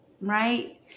right